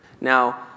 Now